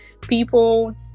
people